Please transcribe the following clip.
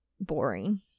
boring